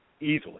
easily